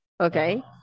Okay